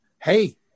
hey